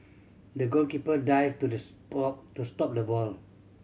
the goalkeeper dived to the stop to stop the ball